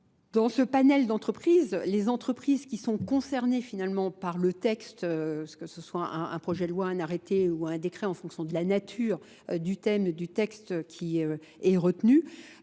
Dans ce panel d'entreprises, les entreprises qui sont concernées finalement par le texte, que ce soit un projet de loi, un arrêté ou un décret en fonction de la nature du thème du texte qui est retenu,